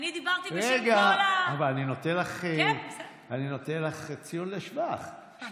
דיברתי בשם כל, אני נותן לך ציון לשבח.